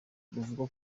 ruvugwa